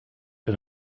and